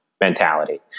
mentality